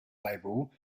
label